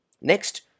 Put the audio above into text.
Next